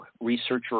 researcher